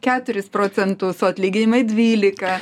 keturis procentus o atlyginimai dvylika